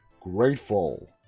grateful